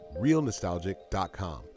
realnostalgic.com